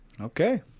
Okay